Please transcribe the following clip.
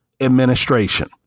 administration